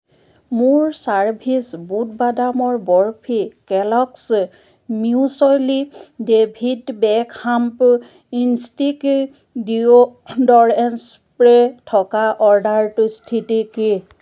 মোৰ চাৰ্ভিচ বুট বাদামৰ বৰ্ফি কেল'গ্ছ মিউছ্লি ডেভিড বেকহামপো ইনষ্টিকি ডিঅ' ডৰেণ্টচ স্প্ৰে' থকা অৰ্ডাৰটোৰ স্থিতি কি